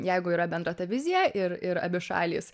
jeigu yra bendra ta vizija ir ir abi šalys